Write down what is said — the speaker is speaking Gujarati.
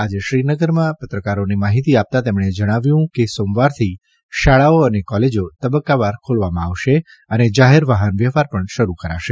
આજે શ્રીનગરમાં પત્રકારોને માઠીતી આપતાં તેમણે જણાવ્યં કે સોમવારથી શાળાઓ અને કોલેજા તબક્કાવાર ખોલવામાં આવશે અને જાહેર વાહનવ્યવહાર પણ શરૂ કરાશે